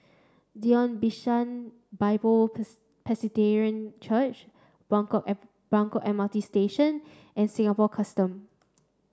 Zion Bishan Bible Presbyterian Church Buangkok app Buangkok M R T Station and Singapore Custom